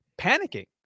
panicking